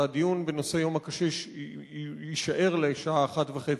והדיון בנושא יום הקשיש יישאר לשעה 13:30,